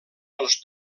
els